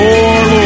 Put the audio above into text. More